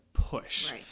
push